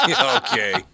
Okay